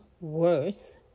worth